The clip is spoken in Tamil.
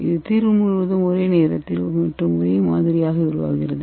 இது தீர்வு முழுவதும் ஒரே நேரத்தில் மற்றும் ஒரே மாதிரியாக உருவாகிறது